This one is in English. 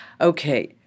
Okay